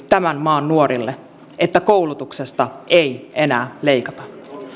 tämän maan nuorille että koulutuksesta ei enää leikata